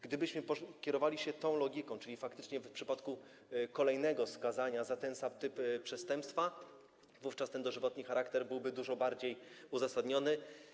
Gdybyśmy kierowali się tą logiką, to faktycznie w przypadku kolejnego skazania za ten sam typ przestępstwa dożywotni charakter kary byłby dużo bardziej uzasadniony.